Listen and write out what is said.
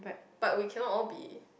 but we cannot all be